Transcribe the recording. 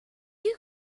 you